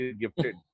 gifted